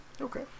okay